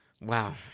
Wow